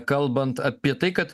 kalbant apie tai kad